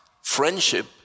friendship